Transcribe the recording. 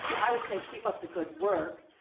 i would say keep up the good work.